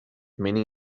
many